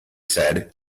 said